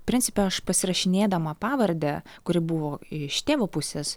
principe aš pasirašinėdama pavarde kuri buvo iš tėvo pusės